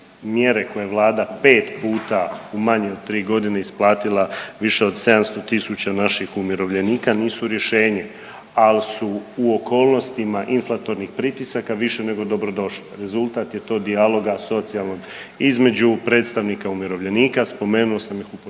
mjere koje Vlada 5 puta u manje od 3 godine isplatila više od 700 tisuća naših umirovljenika nisu rješenje, ali su u okolnostima inflatornih pritisaka više nego dobrodošle. Rezultat je to dijaloga socijalnog između predstavnika umirovljenika, spomenuo sam ih u početku